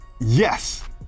yes